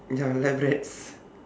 ya lab rats